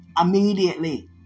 immediately